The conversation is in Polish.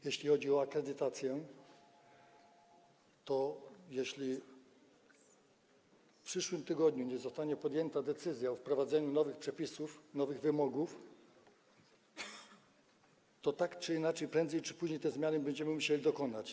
Jeśli chodzi o akredytację, to jeśli w przyszłym tygodniu nie zostanie podjęta decyzja o wprowadzeniu nowych przepisów, nowych wymogów, to tak czy inaczej, prędzej czy później i tak te zmiany będziemy musieli wprowadzić.